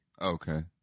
Okay